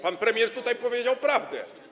Pan premier tutaj powiedział prawdę.